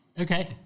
Okay